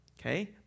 Okay